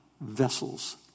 vessels